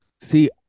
See